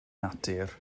natur